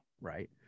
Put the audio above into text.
right